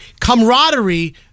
camaraderie